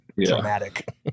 dramatic